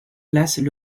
placent